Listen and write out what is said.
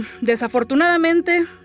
desafortunadamente